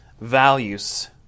values